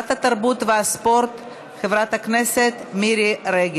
והגנת הסביבה להכנה לקריאה שנייה ושלישית.